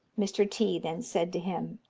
mr. t then said to him,